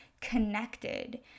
connected